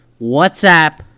WhatsApp